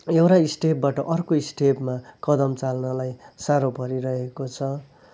एउटा स्टेपबाट अर्को स्टेपमा कदम चाल्नलाई साह्रो परिरहेको छ